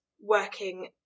working